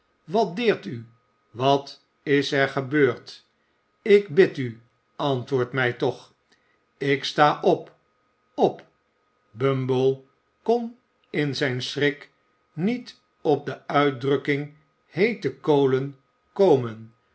wat deert u wat is er gebeurd ik bid u antwoord mij toch ik sta op op bumble kon in zijn schrik niet op de uitdrukking heete kolen komen